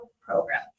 program